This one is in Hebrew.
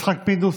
יצחק פינדרוס,